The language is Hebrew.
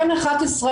בין 11,